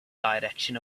direction